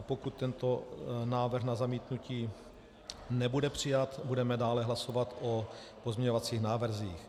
Pokud tento návrh na zamítnutí nebude přijat, budeme dále hlasovat o pozměňovacích návrzích.